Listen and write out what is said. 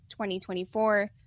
2024